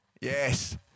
Yes